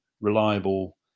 reliable